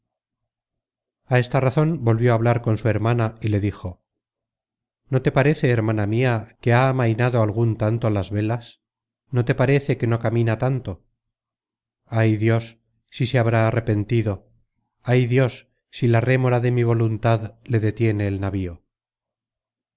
esta sazon volvió a hablar con su hermana y le dijo no te content from google book search generated at parece hermana mia que ha amainado algun tanto las velas no te parece que no camina tanto ay dios si se habrá arrepentido ay dios si la rémora de mi voluntad le detiene el navío